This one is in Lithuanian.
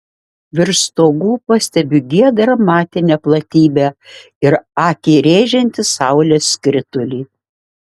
virš stogų pastebiu giedrą matinę platybę ir akį rėžiantį saulės skritulį